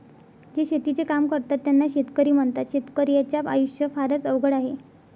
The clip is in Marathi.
जे शेतीचे काम करतात त्यांना शेतकरी म्हणतात, शेतकर्याच्या आयुष्य फारच अवघड आहे